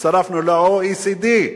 הצטרפנו ל-OECD,